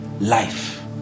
Life